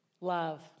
Love